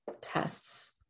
tests